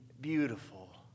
beautiful